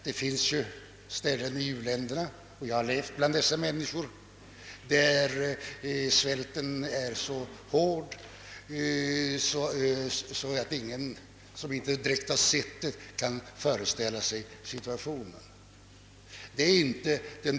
På en del håll i u-länderna — och jag har levat bland människorna på sådana platser — är svälten så hård att ingen som inte direkt har bevittnat den kan föreställa sig det ohyggliga i situationen.